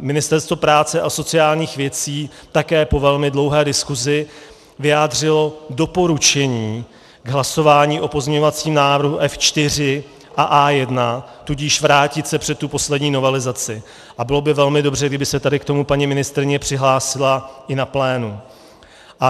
Ministerstvo práce a sociálních věcí také po velmi dlouhé diskusi vyjádřilo doporučení k hlasování o pozměňovacím návrhu F4 a A1, tudíž vrátit se před tu poslední novelizaci, a bylo by velmi dobře, kdyby se tady k tomu paní ministryně přihlásila i na plénu.